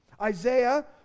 Isaiah